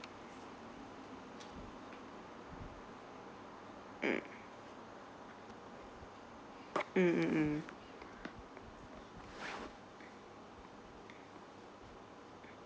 mm mm mm mm